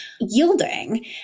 yielding